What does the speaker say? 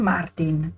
Martin